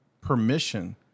permission